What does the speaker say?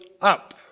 up